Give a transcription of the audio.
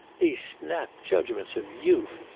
these snap judgments of youth!